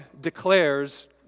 declares